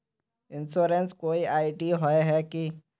Insurance कोई ID होय है की?